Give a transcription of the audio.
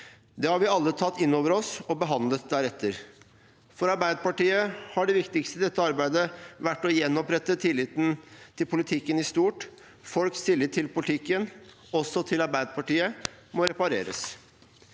Det har vi alle tatt inn over oss og behandlet deretter. For Arbeiderpartiet har det viktigste i dette arbeidet vært å gjenopprette tilliten til politikken i stort, og folks tillit til politikken, også til Arbeiderpartiet, må repareres.